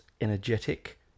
energetic